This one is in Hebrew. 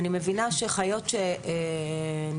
אני מבינה שחיות שנתפסות,